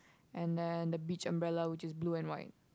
and then the beach umbrella which is blue and white